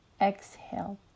exhale